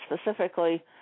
specifically